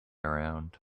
around